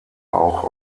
auch